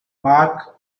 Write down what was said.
mark